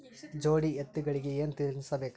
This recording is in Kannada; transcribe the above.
ಜೋಡಿ ಎತ್ತಗಳಿಗಿ ಏನ ತಿನಸಬೇಕ್ರಿ?